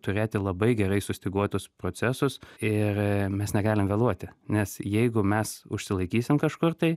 turėti labai gerai sustyguotus procesus ir mes negalim vėluoti nes jeigu mes išsilaikysim kažkur tai